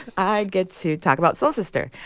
i get to talk about soul sister,